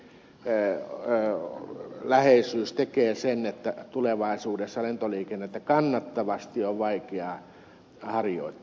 muutamien lähikenttien läheisyys tekee sen että tulevaisuudessa lentoliikennettä kannattavasti on vaikea harjoittaa